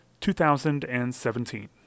2017